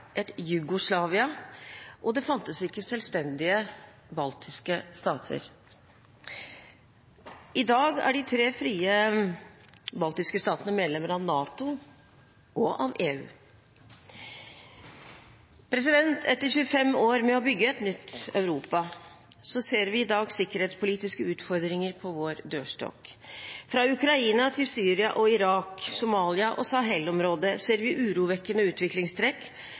Jugoslavia, og det fantes ikke selvstendige baltiske stater. I dag er de tre frie baltiske statene medlemmer av NATO og av EU. Etter 25 år med å bygge et nytt Europa ser vi i dag sikkerhetspolitiske utfordringer på vår dørstokk. Fra Ukraina til Syria og Irak, Somalia og Sahel-området ser vi urovekkende utviklingstrekk